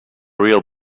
real